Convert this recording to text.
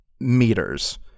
meters